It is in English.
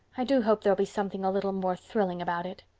i do hope there'll be something a little more thrilling about it.